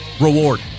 Reward